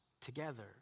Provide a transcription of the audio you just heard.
together